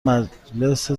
مجلس